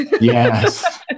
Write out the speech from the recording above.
Yes